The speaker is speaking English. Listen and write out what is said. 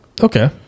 Okay